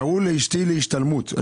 שקראו לאשתי להשתלמות.